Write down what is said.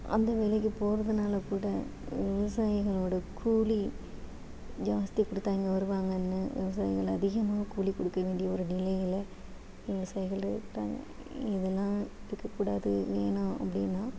அந்த வேலைக்கு போகிறதுனால கூட விவசாயிகளோட கூலி ஜாஸ்தி கொடுத்தா இங்கே வருவாங்கன்னு விவசாயிகள் அதிகமாக கூலி கொடுக்க வேண்டிய ஒரு நிலையில் விவசாயிகள் இருக்காங்கள் இதெல்லாம் இருக்க கூடாது வேணா அப்படின்னா